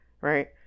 Right